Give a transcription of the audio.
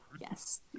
yes